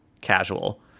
casual